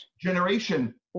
generation